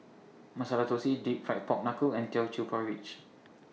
Masala Thosai Deep Fried Pork Knuckle and Teochew Porridge